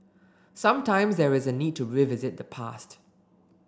sometimes there is a need to revisit the past